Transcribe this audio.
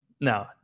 No